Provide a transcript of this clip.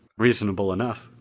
reasonable enough,